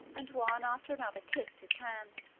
and one after another kissed his hand.